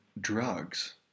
drugs